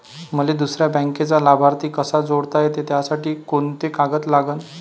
मले दुसऱ्या बँकेचा लाभार्थी कसा जोडता येते, त्यासाठी कोंते कागद लागन?